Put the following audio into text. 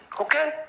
Okay